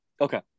okay